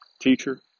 Teacher